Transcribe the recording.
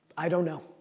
i don't know.